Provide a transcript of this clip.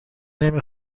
نمی